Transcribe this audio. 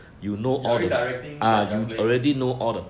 you're already directing you when you're playing